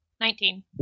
nineteen